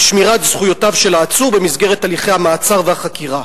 שמירת זכויותיו של העצור במסגרת הליכי המעצר והחקירה.